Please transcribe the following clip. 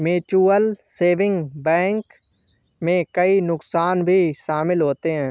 mutual saving bank में कई नुकसान भी शमिल होते है